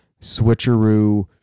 switcheroo